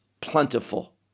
plentiful